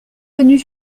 venus